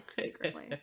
secretly